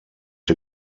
der